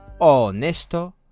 honesto